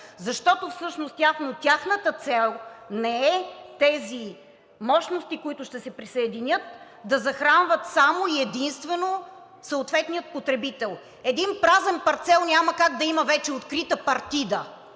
защото всъщност тяхната цел не е тези мощности, които ще се присъединят, да захранват само и единствено съответния потребител. Един празен парцел няма как да има вече открита партида.